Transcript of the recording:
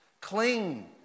Cling